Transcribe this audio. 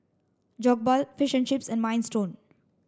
Jokbal Fish and Chips and Minestrone